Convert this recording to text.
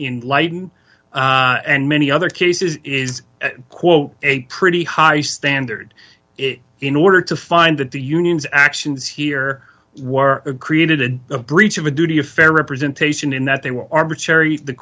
lighton and many other cases is quote a pretty high standard in order to find that the union's actions here were a created a breach of a duty of fair representation in that they were arbitrary the